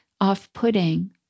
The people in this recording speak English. off-putting